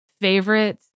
favorite